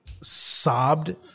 sobbed